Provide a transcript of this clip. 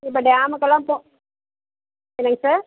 இப்போ டேமுக்கெல்லாம் போ என்னங்க சார்